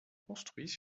construites